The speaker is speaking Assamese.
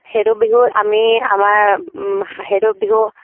সেইটো বিহুত আমি আমাৰ সেইটো বিহু